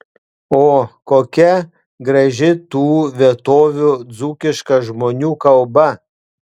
o kokia graži tų vietovių dzūkiška žmonių kalba